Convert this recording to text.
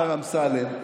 השר אמסלם,